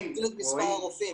להגדיל את מספר הרופאים.